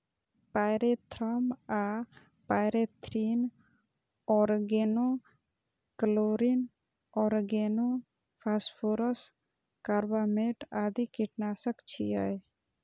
pyrethrum आ pyrethrin, organochlorine, organophosphorus, carbamate आदि कीटनाशक छियै